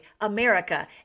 America